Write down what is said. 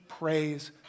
Praise